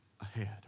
ahead